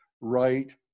right